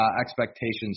expectations